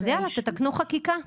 אז תתקנו חקיקה.